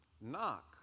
Knock